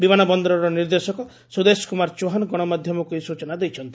ବିମାନବନରରେ ନିର୍ଦ୍ଦେଶକ ସୁଦେଶ କୁମାର ଚୌହାନ ଗଣମାଧ୍ଧମକୁ ଏହି ସୂଚନାଦେଇଛନ୍ତି